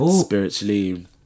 Spiritually